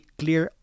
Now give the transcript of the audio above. clear